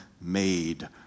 made